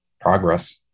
progress